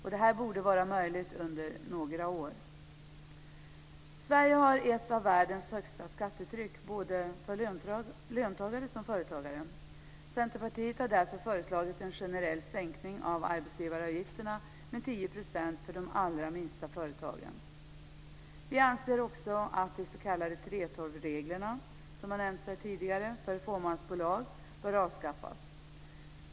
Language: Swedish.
Det borde vara möjligt under några år. Sverige har ett av världens högsta skattetryck, såväl för löntagare som för företagare. Centerpartiet har därför föreslagit en generell sänkning av arbetsgivaravgifterna med 10 % för de allra minsta företagen. Vi anser också att de s.k. 3:12-reglerna, som har nämnts här tidigare, för fåmansbolag bör avskaffas.